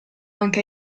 anche